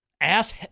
ass